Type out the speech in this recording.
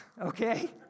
Okay